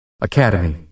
Academy